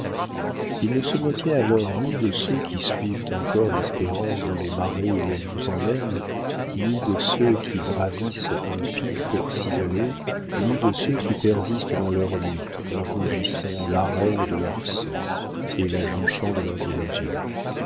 il ne se moquait alors ni de ceux qui suivent encore l'espérance dans les marais où elle vous emmène ni de ceux qui gravissent un pic pour s'isoler ni de ceux qui persistent dans leur lutte en rougissant l'arène de leur sang et la jonchant de leurs illusions